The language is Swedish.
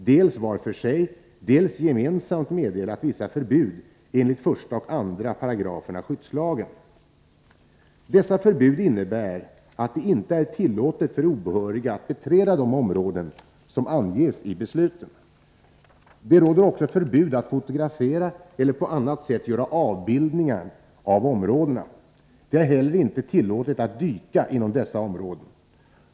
Dessa förbud innebär att det inte är tillåtet för obehöriga att beträda de områden som anges i besluten. Det råder också förbud att fotografera eller på annat sätt göra avbildningar av områdena. Det är inte heller tillåtet att dyka inom dessa områden.